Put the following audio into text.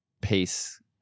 pace